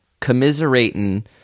commiserating